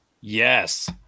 Yes